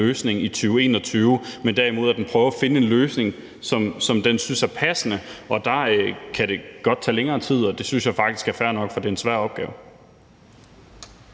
løsning i 2021, men derimod at den prøver at finde en løsning, som den synes er passende. Og der kan det godt tage længere tid, og det synes jeg faktisk er fair nok, for det er en svær opgave.